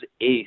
Ace